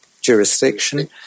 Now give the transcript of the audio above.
jurisdiction